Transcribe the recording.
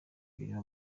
birimo